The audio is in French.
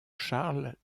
charles